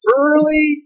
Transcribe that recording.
early